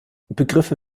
begriffe